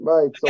Right